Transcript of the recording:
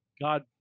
God